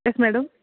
yes madam